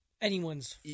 anyone's